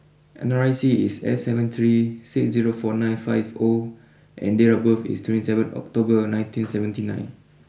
N R I C is S seven three six zero four nine five O and date of birth is twenty seven October nineteen seventy nine